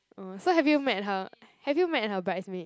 orh so have you met her have you met her bridesmaid